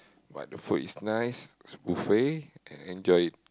but the food is nice it's buffet and I enjoy it